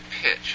pitch